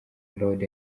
road